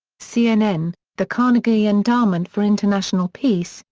cnn the carnegie endowment for international peace,